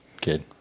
kid